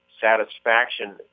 satisfaction